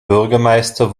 bürgermeister